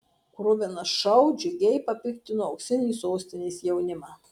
kruvinas šou džiugiai papiktino auksinį sostinės jaunimą